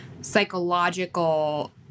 psychological